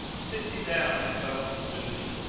sit thee down and welcome to thee,